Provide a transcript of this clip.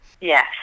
yes